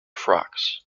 frocks